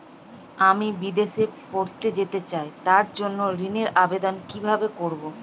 আমি বিদেশে পড়তে যেতে চাই তার জন্য ঋণের আবেদন কিভাবে করব?